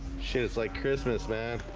she is like christmas man